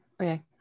okay